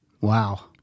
Wow